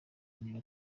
niba